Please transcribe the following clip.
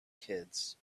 kids